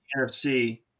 NFC